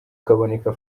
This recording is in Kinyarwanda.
kaboneka